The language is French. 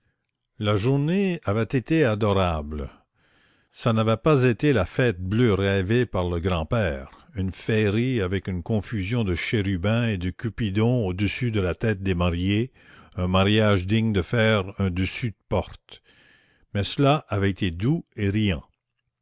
la journée avait été adorable ce n'avait pas été la fête bleue rêvée par le grand-père une féerie avec une confusion de chérubins et de cupidons au-dessus de la tête des mariés un mariage digne de faire un dessus de porte mais cela avait été doux et riant